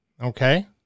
Okay